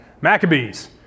Maccabees